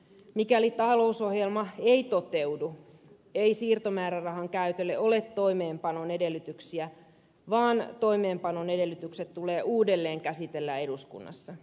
mikäli talousohjelma ei toteudu ei siirtomäärärahan käytölle ole toimeenpanon edellytyksiä vaan toimeenpanon edellytykset tulee uudelleen käsitellä eduskunnassa